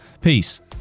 Peace